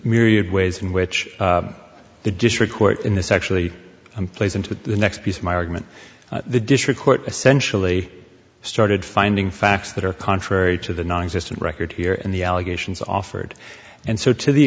myriad ways in which the district court in this actually i'm plays into the next piece of my argument the district court essentially started finding facts that are contrary to the nonexistent record here and the allegations offered and so to the